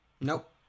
Nope